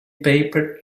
paper